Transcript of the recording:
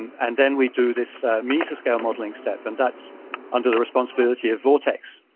and then we do this mesoscale modeling step, and that's under the responsibility of vortex.